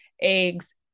eggs